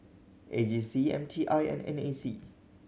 A G C M T I and N A C